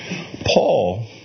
Paul